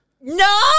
No